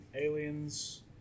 aliens